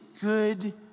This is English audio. good